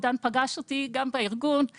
עידן פגש אותי גם בארגון,